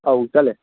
ꯑꯥꯎ ꯆꯠꯂꯦ